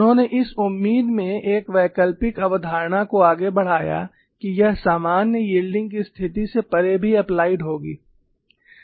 उन्होंने इस उम्मीद में एक वैकल्पिक अवधारणा को आगे बढ़ाया कि यह सामान्य यील्डिंग की स्थिति से परे भी एप्लाइड होगी